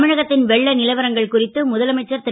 தமிழகத் ன் வெள்ள லவரங்கள் குறித்து முதலமைச்சர் ரு